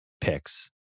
picks